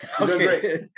Okay